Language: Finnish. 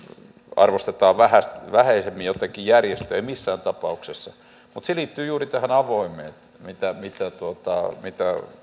arvostetaan jotenkin vähäisemmin järjestöjä ei missään tapauksessa mutta se liittyy juuri tähän avoimuuteen mitä